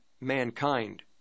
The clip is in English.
mankind